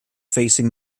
facing